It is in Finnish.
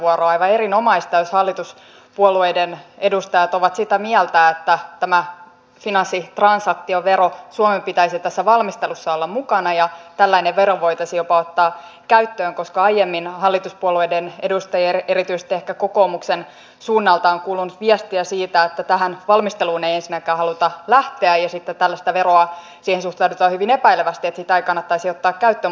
aivan erinomaista jos hallituspuolueiden edustajat ovat sitä mieltä että tässä finanssitransaktioveron valmistelussa suomen pitäisi olla mukana ja tällainen vero voitaisiin jopa ottaa käyttöön koska aiemmin hallituspuolueiden edustajilta erityisesti ehkä kokoomuksen suunnalta on kuulunut viestiä siitä että tähän valmisteluun ei ensinnäkään haluta lähteä ja että tällaiseen veroon suhtaudutaan hyvin epäilevästi että sitä ei kannattaisi ottaa käyttöön